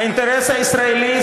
האינטרס הישראלי,